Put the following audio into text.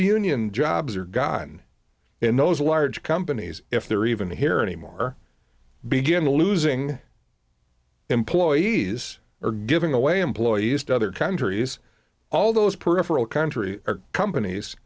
union jobs are gotten in those large companies if they're even here anymore begin losing employees or giving away employees to other countries all those peripheral countries companies